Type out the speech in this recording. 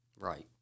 Right